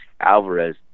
Alvarez